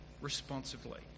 responsibly